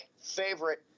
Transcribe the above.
favorite